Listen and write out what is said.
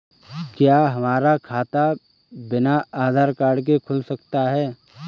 क्या हमारा खाता बिना आधार कार्ड के खुल सकता है?